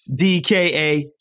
DKA